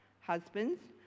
Husbands